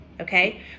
okay